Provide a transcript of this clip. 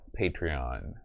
Patreon